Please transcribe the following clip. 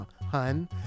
hun